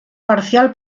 parcial